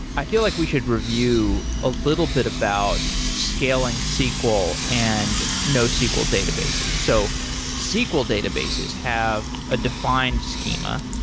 i feel like we should review a little bit about scaling sql and nosql databases. so sql databases have a defined schema,